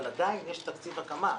אבל עדיין יש תקציב הקמה.